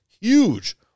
huge